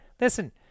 listen